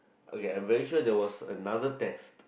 okay I am very sure there was another test